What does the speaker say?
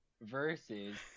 versus